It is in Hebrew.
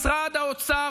משרד האוצר,